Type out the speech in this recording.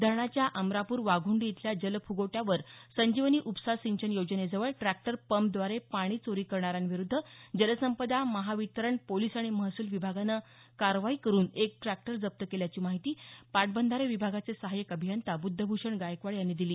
धरणाच्या अमरापूर वाघुंडी इथल्या जलफुगवट्यावर संजीवनी उपसा सिंचन योजनेजवळ ट्रॅक्टर पंपद्वारे पाणी चोरी करणाऱ्यांविरूद्ध जलसंपदा महावितरण पोलिस आणि महसूल विभागानं कारवाई करून एक ट्रॅक्टर जप्त केल्याची माहिती पाटबंधारे विभागाचे सहाय्क अभियंता बुद्धभूषण गायकवाड यांनी दिली